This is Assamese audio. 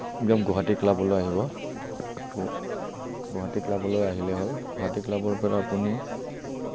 একদম গুৱাহাটী ক্লাবলৈ আহিব গুৱাহাটী ক্লাবলৈ আহিলে হ'ল গুৱাহাটী ক্লাবৰ পৰা আপুনি